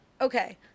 Okay